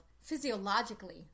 physiologically